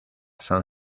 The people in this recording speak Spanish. san